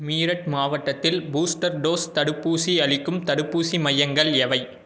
மீரட் மாவட்டத்தில் booster dose தடுப்பூசி அளிக்கும் தடுப்பூசி மையங்கள் எவை